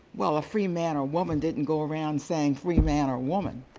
well, a free man or woman didn't go around saying free man or woman.